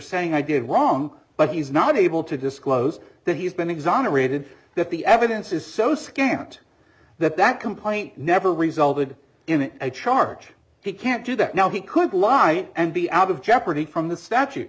saying i did wrong but he's not able to disclose that he's been exonerated that the evidence is so scant that that complaint never resulted in a charge he can't do that now he could lie and be out of jeopardy from the statute